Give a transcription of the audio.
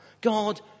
God